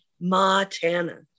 Ma-Tana